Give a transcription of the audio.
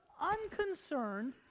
unconcerned